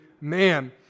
man